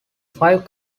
five